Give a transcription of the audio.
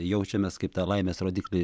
jaučiamės kaip tą laimės rodiklį